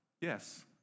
Yes